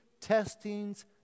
testings